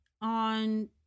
on